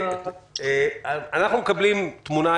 אנחנו מקבלים תמונה,